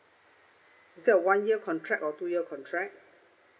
is that a one year contract or two year contract